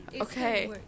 Okay